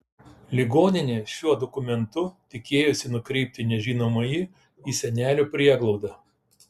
ligoninė šiuo dokumentu tikėjosi nukreipti nežinomąjį į senelių prieglaudą